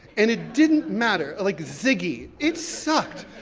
and it didn't matter, like ziggy, it sucked.